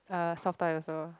uh soft toy also